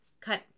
cut